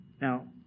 Now